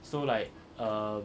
so like err